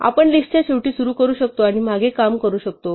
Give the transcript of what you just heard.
आपण लिस्टच्या शेवटी सुरू करू शकतो आणि मागे काम करू शकतो